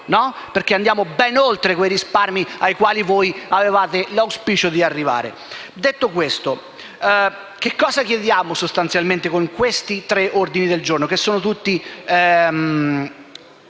perché andiamo ben oltre quei risparmi ai quali avevate l'auspicio di arrivare. Detto questo, che cosa chiediamo sostanzialmente con questi tre ordini del giorno, tutti